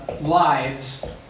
lives